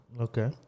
Okay